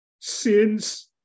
sins